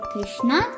Krishna